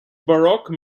baroque